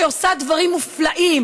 שעושה דברים מופלאים,